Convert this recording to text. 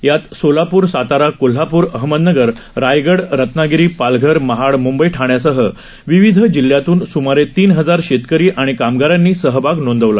यातसोलापूर सातारा कोल्हापूर अहमदनगर रायगड रत्नागिरी पालधर महाड मुंबई ठाण्यासहविविधजिल्ह्यातून स्मारेतीनहजारशेतकरीआणिकामगारानीसहभागनोंदवला